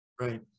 right